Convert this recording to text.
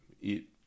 eat